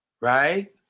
right